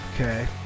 okay